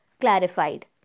Clarified